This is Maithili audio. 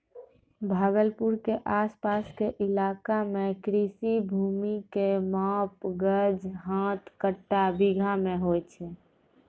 भागलपुर के आस पास के इलाका मॅ कृषि भूमि के माप गज, हाथ, कट्ठा, बीघा मॅ होय छै